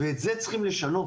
את זה צריך לשנות.